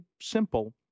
simple